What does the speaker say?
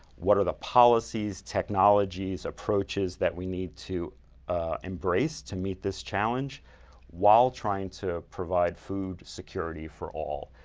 what are the policies, technologies, approaches that we need to embrace to meet this challenge while trying to provide food security for all?